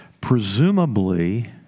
Presumably